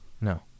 No